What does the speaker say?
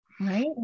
Right